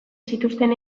zituzten